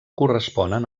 corresponen